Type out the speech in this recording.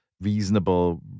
reasonable